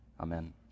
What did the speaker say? Amen